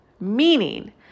meaning